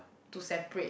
to separate